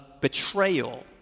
betrayal